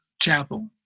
chapel